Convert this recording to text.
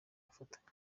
ubufatanye